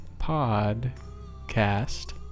Podcast